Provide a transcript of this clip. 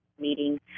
meeting